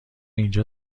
اینجا